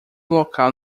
local